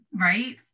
Right